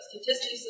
statistics